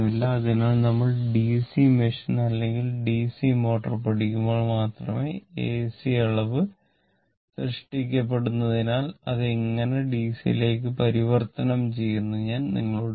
അതിനാൽ നമ്മൾ DC machine അല്ലെങ്കിൽ ഡിസി മോട്ടോർ പഠിക്കുമ്പോൾ മാത്രമേ എസി അളവ് സൃഷ്ടിക്കപ്പെടുന്നതിനാൽ ഇത് എങ്ങനെ ഡിസിയിലേക്ക് പരിവർത്തനം ചെയ്യൂ എന്ന് ഞാൻ നിങ്ങളോട് പറയും